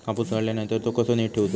कापूस काढल्यानंतर तो कसो नीट ठेवूचो?